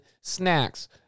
snacks